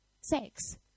sex